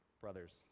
brothers